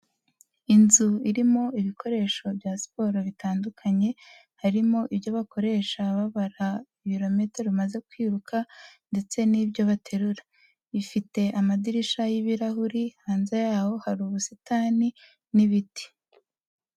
Inzu irimo ibikoresho bya siporo bitandukanye, harimo ibyo bakoresha babara ibirometero umaze kwiruka ndetse n'ibyo baterura. Ifite amadirishya y'ibirahuri, hanze yaho hari ubusitani n'ibiti.